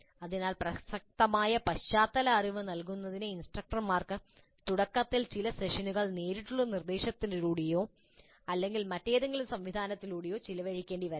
അതിനാൽ പ്രസക്തമായ പശ്ചാത്തല അറിവ് നൽകുന്നതിന് ഇൻസ്ട്രക്ടർമാർക്ക് തുടക്കത്തിൽ ചില സെഷനുകൾ നേരിട്ടുള്ള നിർദ്ദേശത്തിലൂടെയോ അല്ലെങ്കിൽ മറ്റേതെങ്കിലും സംവിധാനത്തിലൂടെയോ ചെലവഴിക്കേണ്ടിവരാം